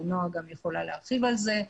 נועה שפיצר מזרחי גם יכולה להרחיב על זה,